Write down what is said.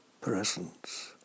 presence